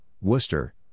Worcester